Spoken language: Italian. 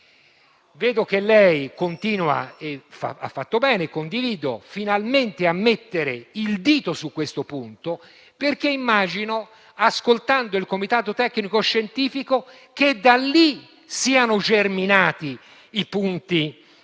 Vedo che lei continua - ha fatto bene e condivido - finalmente a mettere il dito su questo punto, perché immagino, ascoltando il comitato tecnico-scientifico, che da lì siano germinati i punti